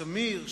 שמיר?